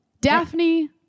Daphne